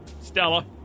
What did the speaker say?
Stella